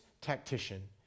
tactician